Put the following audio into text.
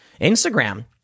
Instagram